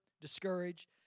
discouraged